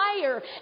fire